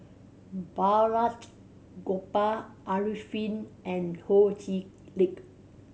Balraj Gopal Arifin and Ho Chee Lick